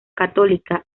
católica